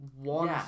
one